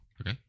Okay